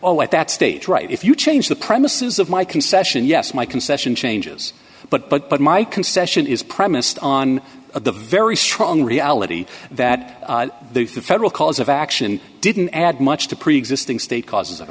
stage at that stage right if you change the premises of my concession yes my concession changes but but but my concession is premised on the very strong reality that the federal cause of action didn't add much to preexisting state caus